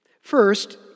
First